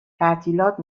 تعطیلات